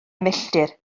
milltir